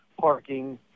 parking